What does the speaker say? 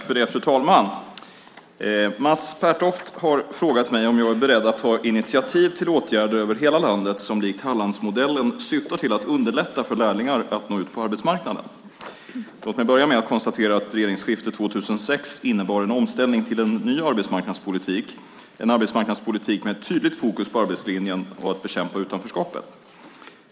Fru talman! Mats Pertoft har frågat mig om jag är beredd att ta initiativ till åtgärder över hela landet som likt Hallandsmodellen syftar till att underlätta för lärlingar att nå ut på arbetsmarknaden. Låt mig börja med att konstatera att regeringsskiftet 2006 innebar en omställning till en ny arbetsmarknadspolitik - en arbetsmarknadspolitik med tydligt fokus på arbetslinjen och på att bekämpa utanförskapet.